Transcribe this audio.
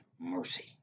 mercy